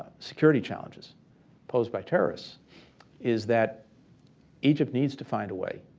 security challenges posed by terrorists is that egypt needs to find a way,